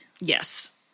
yes